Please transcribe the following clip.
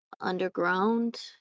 underground